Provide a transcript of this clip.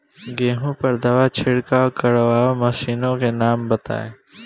गेहूँ पर दवा छिड़काव करेवाला मशीनों के नाम बताई?